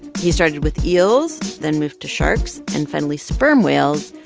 he started with eels, then moved to sharks and finally sperm whales,